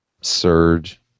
surge